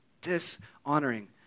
dishonoring